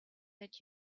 let